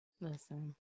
Listen